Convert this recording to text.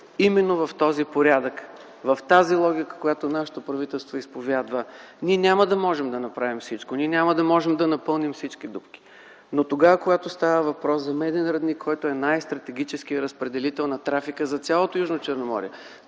именно в този порядък, в тази логика, която нашето правителство изповядва. Ние няма да можем да направим всичко, ние няма да можем да напълним всички дупки. Но когато става въпрос за „Меден рудник”, който е най-стратегическият разпределител на трафика за цялото Южно Черноморие,